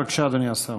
בבקשה, אדוני השר.